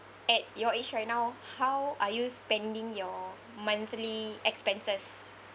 at your age right now how are you spending your monthly expenses